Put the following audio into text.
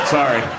Sorry